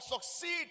succeed